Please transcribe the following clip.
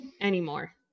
anymore